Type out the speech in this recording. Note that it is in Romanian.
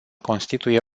constituie